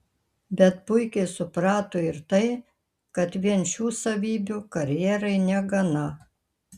bet puikiai suprato ir tai kad vien šių savybių karjerai negana